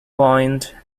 point